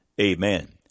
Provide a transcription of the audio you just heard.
Amen